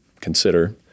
consider